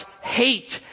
hate